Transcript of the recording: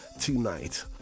tonight